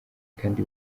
kandi